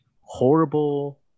horrible